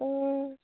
অঁ